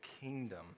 kingdom